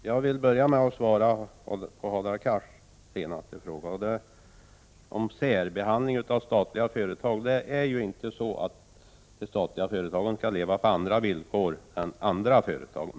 Herr talman! Jag vill börja med att svara på Hadar Cars senaste fråga om särbehandling av statliga företag. De statliga företagen kan inte leva på andra villkor än andra företag.